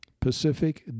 Pacific